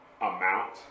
amount